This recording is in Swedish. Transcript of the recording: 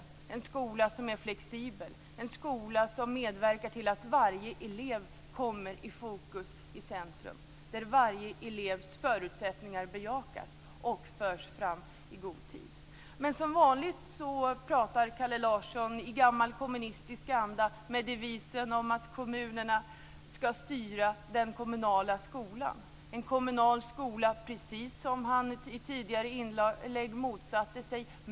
Det är en flexibel skola som medverkar till att varje elev kommer i fokus, i centrum, och där varje elevs förutsättningar bejakas och kommer fram i god tid. Som vanligt pratar Kalle Larsson i gammal kommunistisk anda. Det handlar om devisen att kommunerna skall styra den kommunala skolan, en kommunal skola som han i ett tidigare inlägg motsatte sig.